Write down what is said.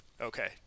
Okay